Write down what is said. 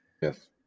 Yes